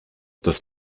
das